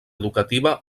educativa